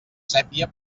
sépia